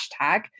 hashtag